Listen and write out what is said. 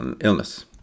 illness